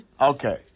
okay